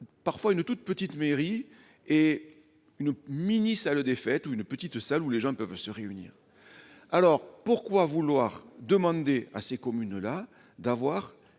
parfois une toute petite mairie et une mini-ça le défaite ou une petite salle où les gens peuvent se réunir, alors pourquoi vouloir demander à ces communes-là d'avoir